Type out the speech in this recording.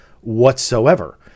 whatsoever